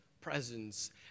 presence